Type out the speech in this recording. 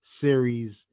series